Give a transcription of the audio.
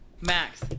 Max